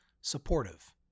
supportive